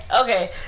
Okay